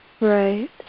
Right